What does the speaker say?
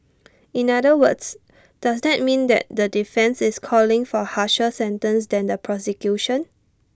in other words does that mean that the defence is calling for harsher sentence than the prosecution